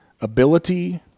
ability